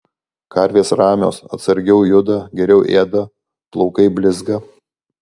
karvės ramios atsargiau juda geriau ėda plaukai blizga